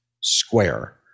square